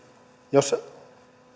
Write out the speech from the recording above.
jos